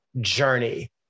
journey